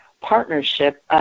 partnership